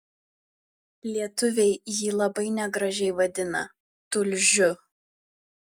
lietuviai jį labai negražiai vadina tulžiu